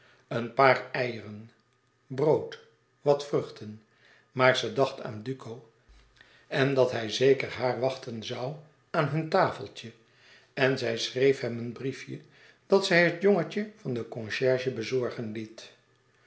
een paar eieren brood wat vruchten maar zij dacht aan duco en dat hij zeker haar wachten zoû aan hun tafeltje en zij schreef hem een briefje dat zij door het jongetje van de concierge bezorgen liet